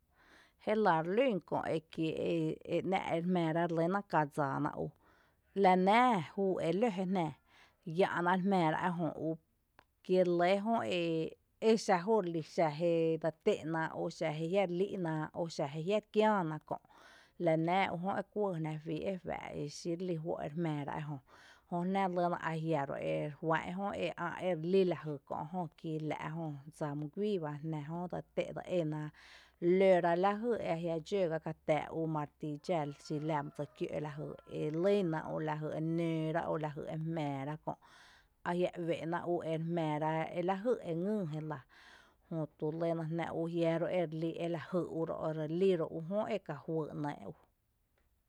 Jélⱥ re lún kö’ ekiee’ e ´ná’ ere jmⱥⱥ ra ere lýna kadsaa ná ú, lanⱥⱥ júu e lǿ jé jnⱥⱥ yⱥ’ ná ere jmⱥⱥ ra ejö ú kí re lɇ jö exa jóo’ relí dse té’n ná ú, xⱥ jé jiⱥ’ re lí’ ná o xⱥ jé jiⱥ’ re kiⱥⱥná kö’, lanⱥⱥ ú jö e juⱥ’ e kuɇɇ jná fí e juⱥ’ e xí re lí juó’ ere jmⱥⱥ ra ejö, jö jná jö ajia’ ró’ ere juá’n jö e ä’ erelí lajy kö’ jö kï la’ jö dsa mýy guíi bá jná jö dse té’ dse éna, lǿra lajy eajia’ dxǿ kadxá tⱥⱥ’ ú mare ti dxá xi la my dsokiǿ’ lajy e lýna o lajy e nǿǿrá o lajy e jmⱥⱥ ra kö’ ajia’ úe’ná ere jmⱥⱥ lajy e ngyy jélⱥ jötu lýna jná ajia’ ú erelí e lajy ro’, relí ro’ ú jö eka juý ‘nɇɇ’ ú.